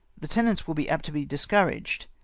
the tenants will be apt to be discouraged,